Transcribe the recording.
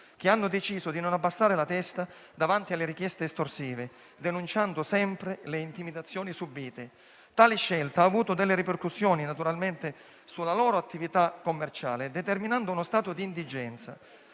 che hanno deciso di non abbassare la testa davanti alle richieste estorsive, denunciando sempre le intimidazioni subite. Tale scelta ha avuto naturalmente delle ripercussioni sulla loro attività commerciale, determinando uno stato di indigenza.